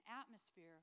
atmosphere